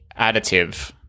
additive